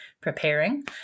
preparing